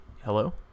hello